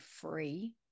free